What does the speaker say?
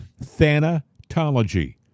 Thanatology